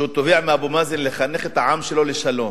הוא תובע מאבו מאזן לחנך את העם שלו לשלום,